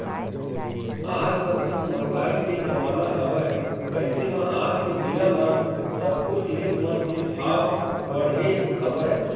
आज कल तो मंहगाई के जमाना हवय अइसे म आज के बेरा म सब्बो जिनिस मन के भाव बड़हे हवय